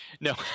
No